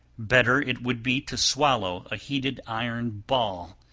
better it would be to swallow a heated iron ball,